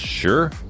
Sure